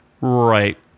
Right